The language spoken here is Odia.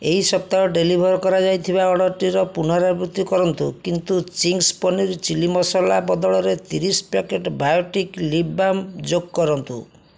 ଏହି ସପ୍ତାହ ଡେଲିଭର୍ କରାଯାଇଥିବା ଅର୍ଡ଼ର୍ଟିର ପୁନରାବୃତ୍ତି କରନ୍ତୁ କିନ୍ତୁ ଚିଙ୍ଗ୍ସ୍ ପନିର୍ ଚିଲି ମସଲା ବଦଳରେ ତିରିଶ୍ ପ୍ୟାକେଟ୍ ବାୟୋଟିକ୍ ଲିପ୍ବାମ୍ ଯୋଗକରନ୍ତୁ